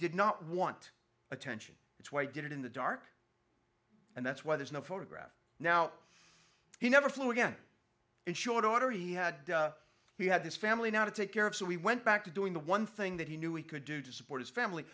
did not want attention it's why i did it in the dark and that's why there's no photograph now he never flew again in short order he had he had this family now to take care of so we went back to doing the one thing that he knew we could do to support his family